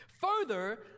Further